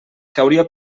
hauria